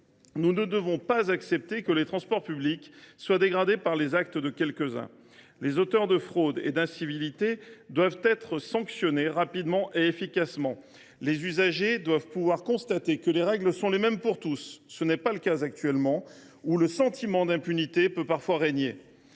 Nous ne devons pas accepter que les transports publics soient dégradés par les actes de quelques uns. Les auteurs de fraudes et d’incivilités doivent être sanctionnés rapidement et efficacement. Les usagers doivent pouvoir constater que les règles sont les mêmes pour tous. Ce n’est pas le cas actuellement, alors que le sentiment d’impunité peut parfois régner.